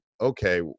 okay